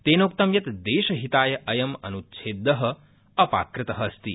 तेनोक्त यत् देशहिताय अयं अनुच्छेद अपाकृत अस्ति